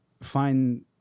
find